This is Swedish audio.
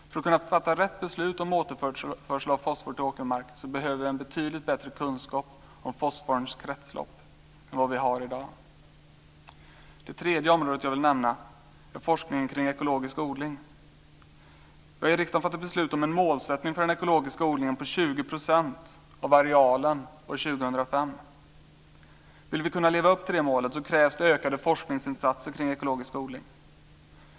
För att kunna fatta rätt beslut om återförsel av fosfor till åkermark behöver vi en betydligt bättre kunskap om fosforns kretslopp än vad vi har i dag. Det tredje området jag vill nämna är forskningen kring ekologisk odling. Vi har i riksdagen fattat beslut om ett mål för den ekologiska odlingen på 20 % av arealen år 2005. Om vi vill kunna leva upp till det målet krävs ökade forskningsinsatser kring ekologisk odling.